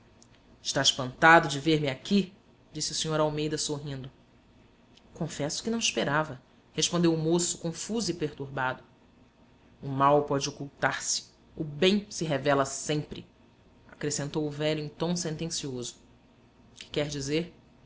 está espantado de ver-me aqui disse o sr almeida sorrindo confesso que não esperava respondeu o moço confuso e perturbado o mal pode ocultar se o bem se revela sempre acrescentou o velho em tom sentencioso que quer dizer